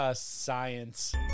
Science